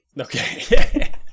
Okay